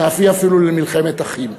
להביא אפילו למלחמת אחים.